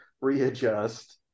readjust